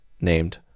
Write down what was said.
named